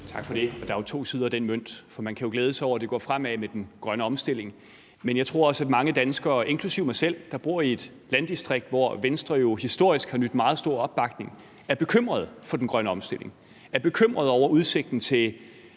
Tak for det. Der er to sider af den mønt. Man kan jo glæde sig over, at det går fremad med den grønne omstilling. Men jeg tror også, at mange danskere, inklusive mig selv, der bor i et landdistrikt, hvor Venstre jo historisk har nydt meget stor opbakning, er bekymret for den grønne omstilling og er bekymret over udsigten til